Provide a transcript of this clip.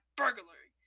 burglary